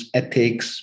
ethics